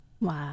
wow